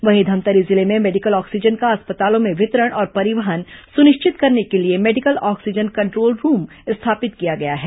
वहीं धमतरी जिले में मेडिकल ऑक्सीजन का अस्पतालों में वितरण और परिवहन सुनिश्चित करने के लिए मेडिकल ऑक्सीजन कंट्रोल रूम स्थापित किया गया है